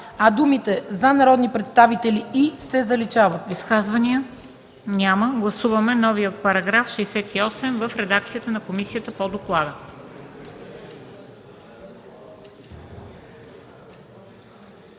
а думите „за народни представители и” се заличават.”